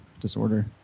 disorder